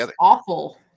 awful